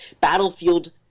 Battlefield